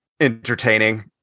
entertaining